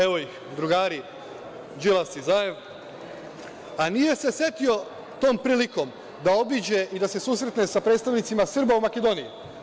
Evo ih, drugari, Đilas i Zaev, a nije se setio tom prilikom da obiđe i da se susretne sa predstavnicima Srba u Makedoniji.